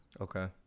Okay